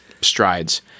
strides